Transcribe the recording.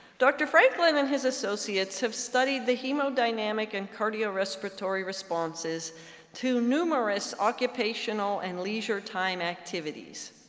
dr. franklin and his associates have studied the hemodynamic and cardiorespiratory responses to numerous occupational and leisure time activities.